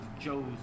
Joe's